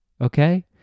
okay